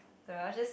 no I'll just